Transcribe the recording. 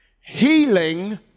Healing